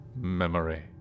memory